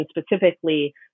specifically